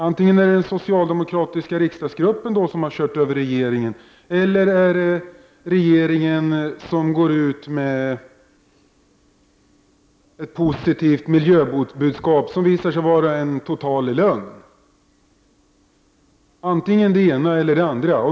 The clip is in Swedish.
Antingen är det den socialdemokratiska riksdagsgruppen som har kört över regeringen eller så har regeringen gått ut med ett positivt miljöbudskap som har visat sig vara en ren lögn. Det är antingen det ena eller det andra.